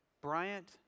Bryant